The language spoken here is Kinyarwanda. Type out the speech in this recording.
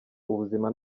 ubuzima